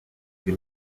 que